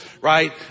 right